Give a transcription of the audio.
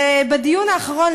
בדיון האחרון,